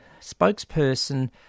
spokesperson